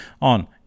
on